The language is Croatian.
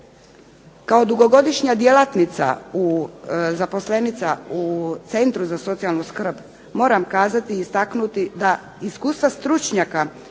Kao dugogodišnja djelatnica i zaposlenica u centru za socijalnu skrb, moram kazati i istaknuti da iskustva stručnjaka iz